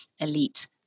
elite